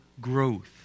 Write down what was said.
growth